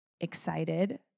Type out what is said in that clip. excited